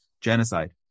Genocide